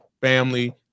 family